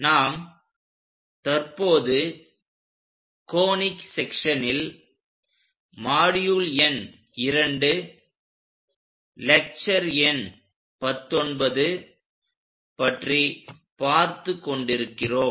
நாம் தற்போது கோனிக் செக்சன்ஸனில் மாடியுள் எண் 02லெக்ச்சர் எண் 19 பற்றி பார்த்துக் கொண்டிருக்கிறோம்